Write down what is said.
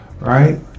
Right